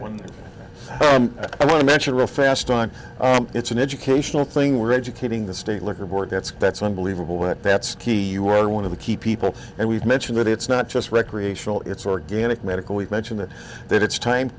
one i want to mention real fast on it's an educational thing we're educating the state liquor board that's that's unbelievable but that's key you are one of the key people and we've mentioned that it's not just recreational it's organic medical we've mentioned that it's time